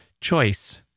choice